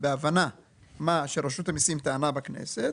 בהבנה מה שרשות המיסים טענה בכנסת